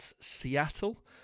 Seattle